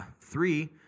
Three